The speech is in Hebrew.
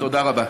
תודה רבה.